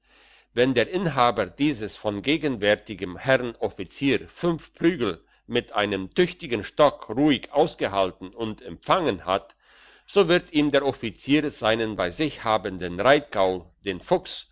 wenn der inhaber dieses von gegenwärtigem herrn offizier fünf prügel mit einem tüchtigen stock ruhig ausgehalten und empfangen hat so wird ihm der offizier seinen bei sich habenden reitgaul den fuchs